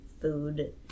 food